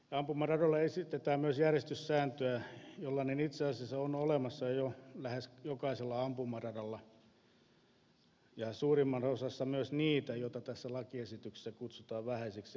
ampumaradoille esitetään myös järjestyssääntöä jollainen itse asiassa on olemassa jo lähes jokaisella ampumaradalla ja suurimmassa osassa myös niistä joita tässä lakiesityksessä kutsutaan vähäisiksi ampumaradoiksi